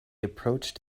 approached